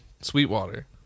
Sweetwater